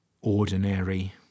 ordinary